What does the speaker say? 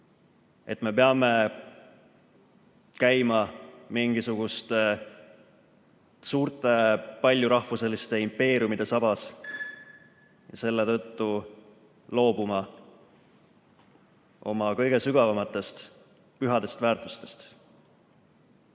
et peame käima mingisuguste suurte paljurahvuseliste impeeriumide sabas ja selle tõttu loobuma oma kõige sügavamatest pühadest väärtustest.